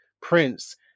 prince